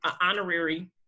honorary